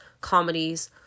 comedies